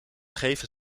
geven